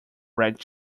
red